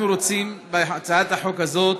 אנחנו רוצים בהצעת החוק הזאת